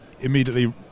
immediately